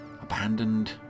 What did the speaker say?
abandoned